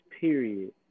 period